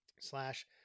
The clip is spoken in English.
slash